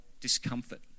discomfort